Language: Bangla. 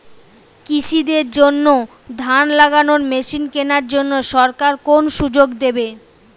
কৃষি দের জন্য ধান লাগানোর মেশিন কেনার জন্য সরকার কোন সুযোগ দেবে?